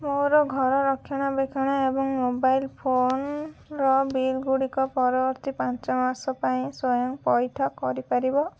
ମୋର ଘର ରକ୍ଷଣାବେକ୍ଷଣ ଏବଂ ମୋବାଇଲ୍ ଫୋନ୍ର ବିଲ୍ଗୁଡ଼ିକ ପରବର୍ତ୍ତୀ ପାଞ୍ଚ ମାସ ପାଇଁ ସ୍ଵୟଂ ପୈଠ କରିପାରିବ